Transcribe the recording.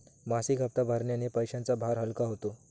मासिक हप्ता भरण्याने पैशांचा भार हलका होतो